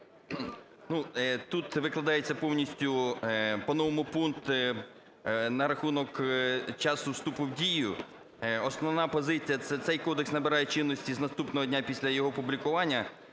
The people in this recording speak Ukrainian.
тут викладається повністю по-новому пункт на рахунок часу вступу в дію. Основна позиція: "Цей кодекс набирає чинності з наступного дня після його опублікування.